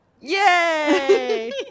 yay